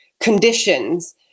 conditions